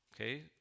Okay